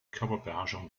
körperbeherrschung